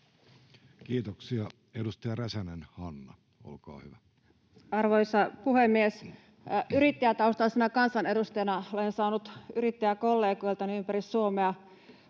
muuttamisesta Time: 13:49 Content: Arvoisa puhemies! Yrittäjätaustaisena kansanedustajana olen saanut yrittäjäkollegoiltani ympäri Suomea